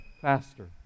faster